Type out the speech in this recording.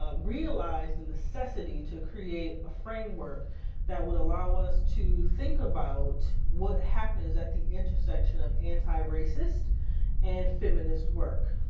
ah realized the and necessity to create a framework that would allow us to think about what happens at the intersection of anti-racist and feminist work.